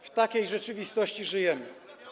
W takiej rzeczywistości żyjemy.